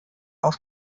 aus